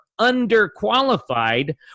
underqualified